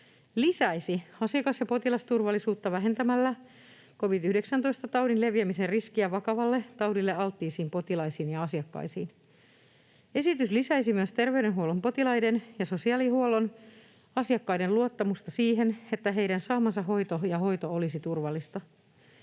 lisäisi asiakas‑ ja potilasturvallisuutta vähentämällä covid-19-taudin leviämisen riskiä vakavalle taudille alttiisiin potilaisiin ja asiakkaisiin. Esitys lisäisi myös terveydenhuollon potilaiden ja sosiaalihuollon asiakkaiden luottamusta siihen, että heidän saamansa hoito ja hoiva on turvallista.